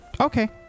Okay